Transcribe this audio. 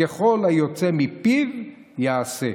ככל היצא מפיו יעשה".